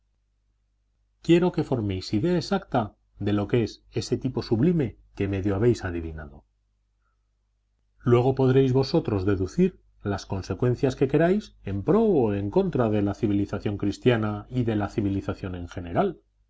quiero que forméis idea exacta de lo que es ese tipo sublime que medio habéis adivinado luego podréis vosotros deducir las consecuencias que queráis en pro o en contra de la civilización cristiana y de la civilización en general